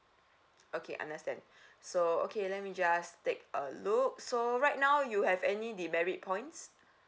okay understand so okay let me just take a look so right now you have any demerit points